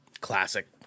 Classic